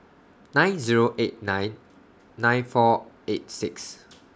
nine Zero eight nine nine four eight six